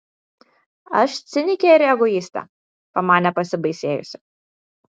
aš cinikė ir egoistė pamanė pasibaisėjusi